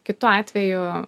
kitu atveju